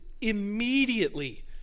immediately